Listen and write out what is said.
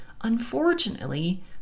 Unfortunately